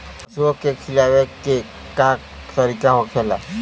पशुओं के खिलावे के का तरीका होखेला?